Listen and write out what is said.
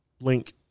link